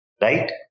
right